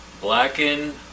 blackened